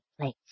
place